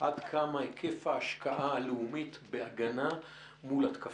עד כמה היקף ההשקעה הלאומית בהגנה מול התקפה.